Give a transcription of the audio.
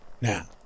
Now